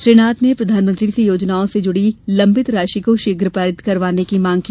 श्री नाथ ने प्रधानमंत्री से योजनाओं से जुड़ी लंबित राशि को शीघ्र पारित करवाने की मांग की